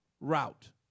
route